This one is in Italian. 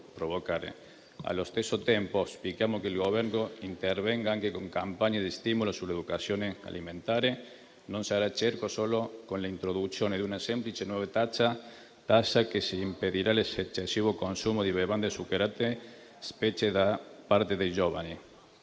Allo stesso tempo, auspichiamo che il Governo intervenga anche con campagne di stimolo sull'educazione alimentare. Non sarà certo solo con l'introduzione di una semplice nuova tassa che si impedirà l'eccessivo consumo di bevande zuccherate, specie da parte dei giovani.